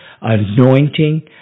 anointing